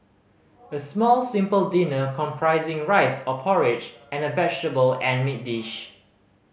a small simple dinner comprising rice or porridge and a vegetable and meat dish